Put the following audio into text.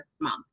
month